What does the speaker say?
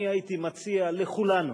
אני הייתי מציע לכולנו,